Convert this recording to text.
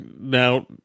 now